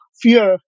fear